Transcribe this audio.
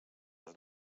els